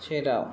सेराव